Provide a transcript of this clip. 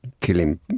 killing